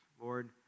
Lord